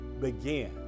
begin